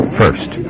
first